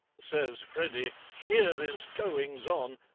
says freddy, here is goings on!